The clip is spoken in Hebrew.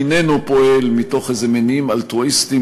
איננו פועל מתוך איזה מניעים אלטרואיסטיים